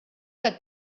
que